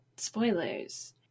spoilers